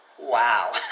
Wow